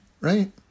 right